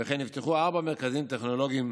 וכן נפתחו ארבעה מרכזים טכנולוגיים,